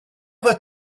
vas